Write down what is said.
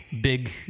big